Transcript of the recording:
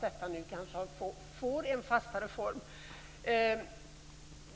Detta kanske nu får en fastare form.